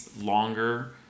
longer